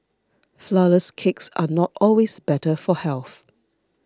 Flourless Cakes are not always better for health